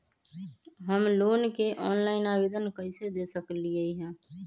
हम लोन के ऑनलाइन आवेदन कईसे दे सकलई ह?